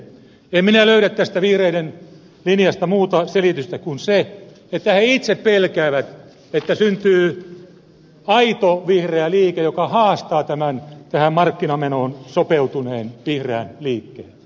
en minä löydä tästä vihreiden linjasta muuta selitystä kuin sen että he itse pelkäävät että syntyy aito vihreä liike joka haastaa tämän markkinamenoon sopeutuneen vihreän liikkeen